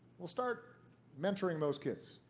well, start mentoring those kids,